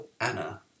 Anna